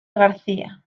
garcía